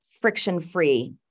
friction-free